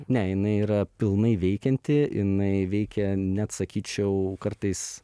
ne jinai yra pilnai veikianti jinai veikia net sakyčiau kartais